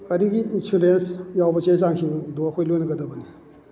ꯒꯥꯔꯤꯒꯤ ꯏꯟꯁꯨꯔꯦꯟꯁ ꯌꯥꯎꯕ ꯆꯦ ꯆꯥꯡꯁꯤꯡꯗꯣ ꯑꯩꯈꯣꯏ ꯂꯣꯏꯅꯒꯗꯕꯅꯤ